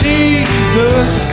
Jesus